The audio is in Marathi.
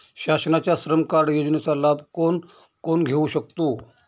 शासनाच्या श्रम कार्ड योजनेचा लाभ कोण कोण घेऊ शकतो?